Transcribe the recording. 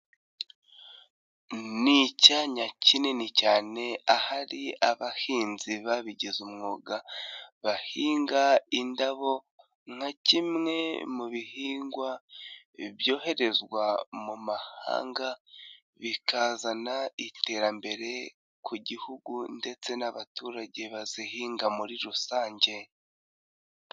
Ni icyanya kinini cyane ahari abahinzi babigize umwuga, bahinga indabo nka kimwe mu bihingwa byoherezwa mu mahanga, bikazana iterambere ku gihugu ndetse n'abaturage bazihinga muri rusange.